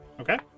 Okay